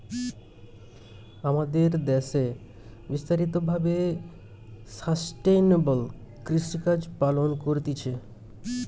আমাদের দ্যাশে বিস্তারিত ভাবে সাস্টেইনেবল কৃষিকাজ পালন করতিছে